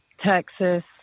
Texas